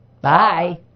Bye